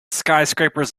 skyscrapers